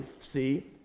see